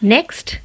Next